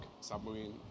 submarine